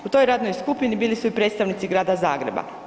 U toj radnoj skupini bili su i predstavnici Grada Zagreba.